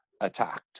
attacked